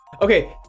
Okay